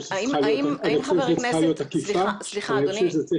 אני חושב שצריכה להיות אכיפה ואני חושב שזה צריך